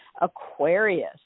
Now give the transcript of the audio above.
Aquarius